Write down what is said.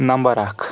number اَکھ